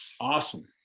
awesome